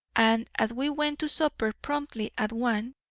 and as we went to supper promptly at one,